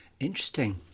interesting